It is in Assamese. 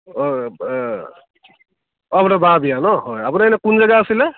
অঁ আপোনাৰ বাৰ বিয়া ন' হয় আপোনৰ এনে কোন জেগা আছিলে